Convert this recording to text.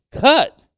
cut